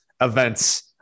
events